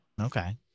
Okay